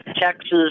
Texas